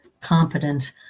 competent